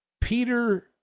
Peter